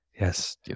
Yes